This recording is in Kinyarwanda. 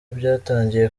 byatangiye